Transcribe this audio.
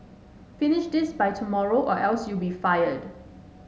finish this by tomorrow or else you'll be fired